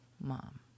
mom